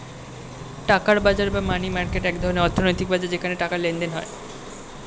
টাকার বাজার বা মানি মার্কেট এক ধরনের অর্থনৈতিক বাজার যেখানে টাকার লেনদেন হয়